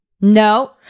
No